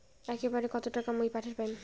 একবারে কত টাকা মুই পাঠের পাম?